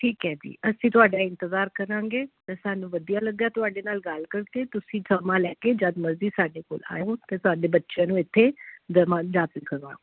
ਠੀਕ ਹੈ ਜੀ ਅਸੀਂ ਤੁਹਾਡਾ ਇੰਤਜ਼ਾਰ ਕਰਾਂਗੇ ਅਤੇ ਸਾਨੂੰ ਵਧੀਆ ਲੱਗਿਆ ਤੁਹਾਡੇ ਨਾਲ ਗੱਲ ਕਰਕੇ ਤੁਸੀਂ ਥਰਮਾ ਲੈ ਕੇ ਜਦੋਂ ਮਰਜ਼ੀ ਸਾਡੇ ਕੋਲ ਆਇਓ ਅਤੇ ਤੁਹਾਡੇ ਬੱਚਿਆਂ ਨੂੰ ਇੱਥੇ ਜਾਮਾ ਦਾਖਲ ਕਰਵਾਓ